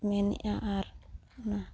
ᱢᱮᱱᱮᱜᱼᱟ ᱟᱨ ᱚᱱᱟ